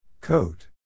Coat